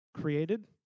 created